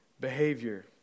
behavior